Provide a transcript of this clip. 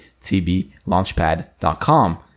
tblaunchpad.com